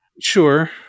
Sure